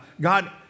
God